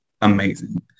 amazing